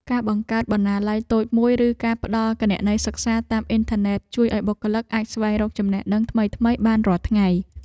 ការបង្កើតបណ្ណាល័យតូចមួយឬការផ្ដល់គណនីសិក្សាតាមអ៊ីនធឺណិត ជួយឱ្យបុគ្គលិកអាចស្វែងរកចំណេះដឹងថ្មីៗបានរាល់ថ្ងៃ។